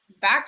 Back